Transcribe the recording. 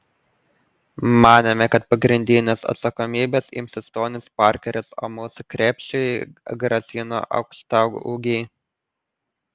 manėme kad pagrindinės atsakomybės imsis tonis parkeris o mūsų krepšiui grasino aukštaūgiai